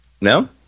No